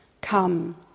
come